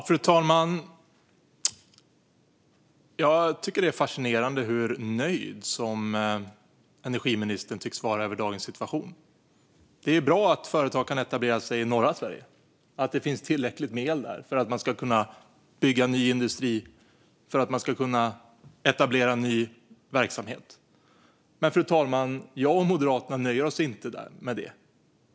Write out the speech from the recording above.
Fru talman! Jag tycker att det är fascinerande hur nöjd energiministern tycks vara över dagens situation. Det är ju bra att företag kan etablera sig i norra Sverige och att det finns tillräckligt med el där för att man ska kunna bygga ny industri och etablera ny verksamhet. Men, fru talman, jag och Moderaterna nöjer oss inte med det.